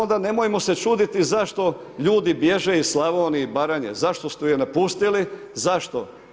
Nemojmo se čuditi zašto ljudi bježe iz Slavonije i Baranje, zašto su je napustili, zašto?